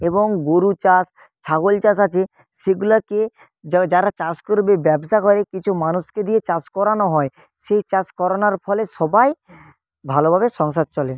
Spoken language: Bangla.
এবং গরু চাষ ছাগল চাষ আছে সেগুলোকে যারা চাষ করবে ব্যবসা করে কিছু মানুষকে দিয়ে চাষ করানো হয় সেই চাষ করানোর ফলে সবাই ভালোভাবে সংসার চলে